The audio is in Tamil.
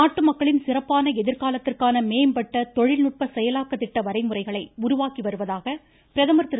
நாட்டு மக்களின் சிறப்பான எதிர்காலத்திற்கான மேம்பட்ட தொழில்நுட்ப செயலாக்க திட்ட வரைமுறைகளை உருவாக்கி வருவதாக பிரதமர் திரு